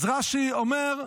אז רש"י אומר: